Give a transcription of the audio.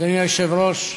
אדוני היושב-ראש,